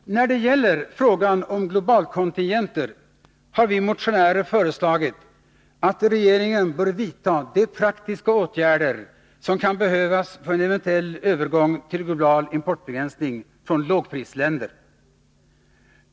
När det gäller frågan om globalkontingenter har vi motionärer föreslagit att regeringen bör vidta de praktiska åtgärder som kan behövas för en eventuell övergång till global importbegränsning från lågprisländer.